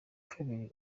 akiri